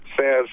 says